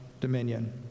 dominion